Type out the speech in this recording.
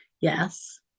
Yes